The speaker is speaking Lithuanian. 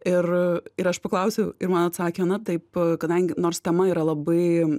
ir ir aš paklausiau ir man atsakė na taip kadangi nors tema yra labai